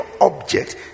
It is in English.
object